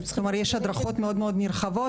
יש הדרכות מאוד מאוד נרחבות.